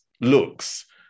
looks